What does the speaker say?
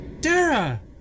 Dara